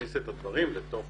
להכניס את הדברים לתוך